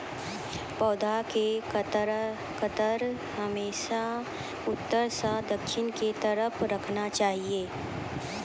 पौधा के कतार हमेशा उत्तर सं दक्षिण के तरफ राखना चाहियो